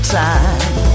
time